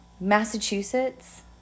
Massachusetts